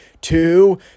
two